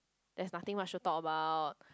there's nothing much to talk about